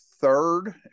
third